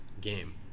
game